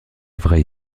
vraie